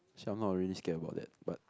somehow I really scared about that but